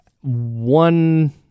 one